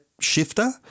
shifter